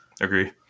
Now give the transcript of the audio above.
Agree